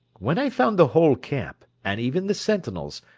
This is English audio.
when i found the whole camp, and even the sentinels,